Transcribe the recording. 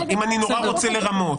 אם אני נורא רוצה לרמות.